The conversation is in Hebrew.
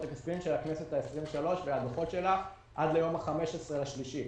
הכספיים של הכנסת ה-23 והדוחות שלה עד ליום ה-15 במרץ.